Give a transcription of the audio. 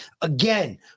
Again